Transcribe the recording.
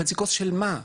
חצי כוס של מה?